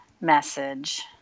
message